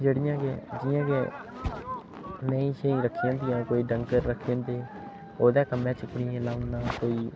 जेह्ड़ियां के जि'यां के मेहीं शेहीं रक्खी होन्दियां कोई डंगर रक्खे होंदे ओह्दे कम्में च इ'यां लाऊना कोई